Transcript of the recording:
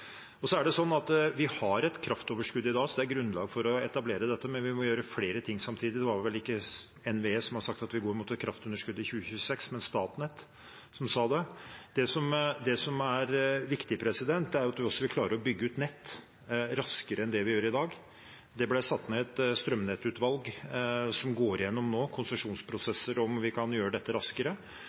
Vi har et kraftoverskudd i dag, så det er grunnlag for å etablere dette, men vi må gjøre flere ting samtidig. Det er vel ikke NVE som har sagt at vi går mot et kraftunderskudd i 2026, det var Statnett som sa det. Det som er viktig, er at en også vil klare å bygge ut nett raskere enn det vi gjør i dag. Det ble satt ned et strømnettutvalg som nå går igjennom konsesjonsprosesser, om vi kan gjøre dette raskere.